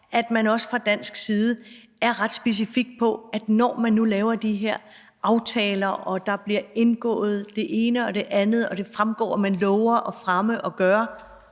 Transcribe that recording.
at man også fra dansk side er ret specifik omkring, hvordan der bliver fulgt op, når man nu laver de her aftaler og der bliver indgået det ene og det andet og det fremgår, at man lover at fremme og gøre